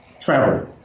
travel